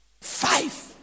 Five